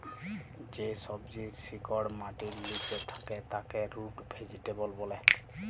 যে সবজির শিকড় মাটির লিচে থাক্যে তাকে রুট ভেজিটেবল ব্যলে